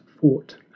fought